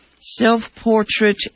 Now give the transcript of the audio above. Self-portrait